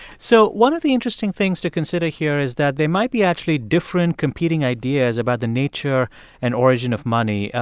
so one of the interesting things to consider here is that there might be actually different competing ideas about the nature and origin of money.